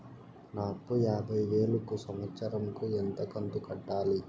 నా అప్పు యాభై వేలు కు సంవత్సరం కు ఎంత కంతు కట్టాలి?